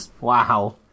Wow